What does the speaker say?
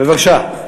בבקשה.